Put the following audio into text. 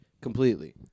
completely